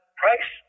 price